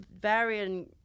varying